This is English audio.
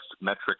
metrics